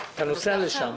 אתה נוסע לשם.